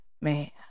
man